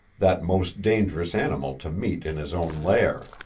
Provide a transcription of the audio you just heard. that most dangerous animal to meet in his own lair.